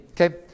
okay